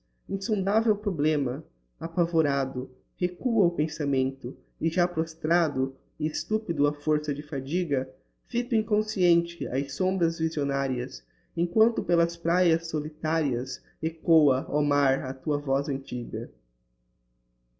insondavel problema apavorado recúa o pensamento e já prostrado e estupido á força de fadiga fito inconsciente as sombras visionarias emquanto pelas praias solitarias echoa ó mar a tua voz antiga